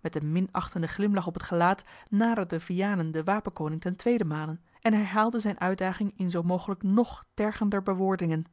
met een minachtenden glimlach op het gelaat naderde vianen den wapenkoning ten tweeden male en herhaalde zijne uitdaging in zoo mogelijk nog tergender bewoordingen